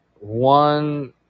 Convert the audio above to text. one